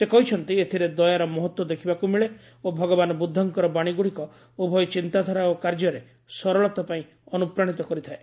ସେ କହିଛନ୍ତି ଏଥିରେ ଦୟାର ମହତ୍ୱ ଦେଖିବାକୁ ମିଳେ ଓ ଭଗବାନ ବୁଦ୍ଧଙ୍କର ବାଣୀ ଗୁଡ଼ିକ ଉଭୟ ଚିନ୍ତାଧାରା ଓ କାର୍ଯ୍ୟରେ ସରଳତା ପାଇଁ ଅନୁପ୍ରାଣିତ କରିଥାଏ